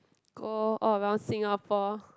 go all around Singapore